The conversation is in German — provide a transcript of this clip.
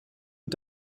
und